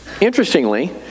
Interestingly